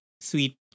sweet